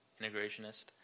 integrationist